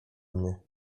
mnie